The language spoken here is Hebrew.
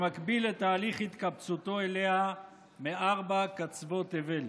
במקביל לתהליך התקבצותו אליה מארבע קצוות תבל.